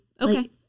Okay